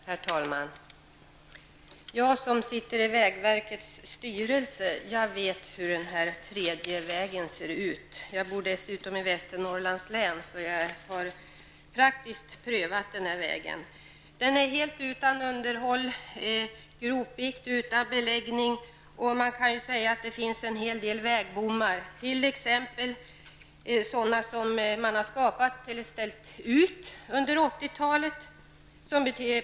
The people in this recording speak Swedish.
Herr talman! Jag som sitter i vägverkets styrelse vet hur den tredje vägen ser ut. Jag bor dessutom i Västernorrlands län, så jag har praktiskt prövat den här vägen. Den är helt utan underhåll, gropig, utan beläggning, och man säga att det finns en hel del vägbommar, t.ex. sådana som man har skapat eller ställt ut under 80-talet.